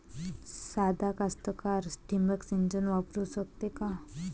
सादा कास्तकार ठिंबक सिंचन वापरू शकते का?